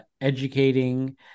educating